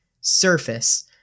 surface